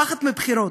פחד מבחירות.